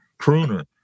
Crooner